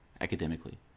academically